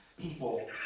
People